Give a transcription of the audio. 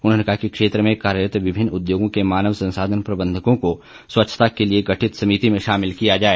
उन्होंने कहा कि क्षेत्र में कार्यरत विभिन्न उद्योगों के मानव संसाधन प्रबंधकों को स्वच्छता के लिए गठित समिति में शामिल किया जाए